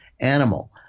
animal